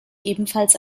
ebenfalls